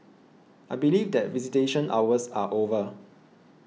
I believe that visitation hours are over